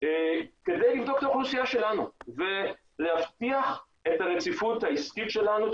כדי לבדוק את האוכלוסייה שלנו ולהבטיח את הרציפות העסקית שלנו,